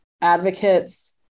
advocates